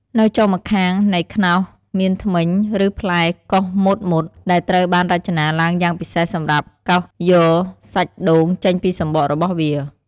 នៅចុងម្ខាងនៃខ្នោសមានធ្មេញ ឬផ្លែកោសមុតៗ ដែលត្រូវបានរចនាឡើងយ៉ាងពិសេសសម្រាប់កោសយកសាច់ដូងចេញពីសម្បករបស់វា។